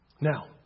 Now